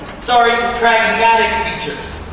sorry, pragmatic features.